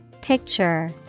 Picture